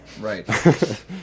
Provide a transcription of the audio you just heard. Right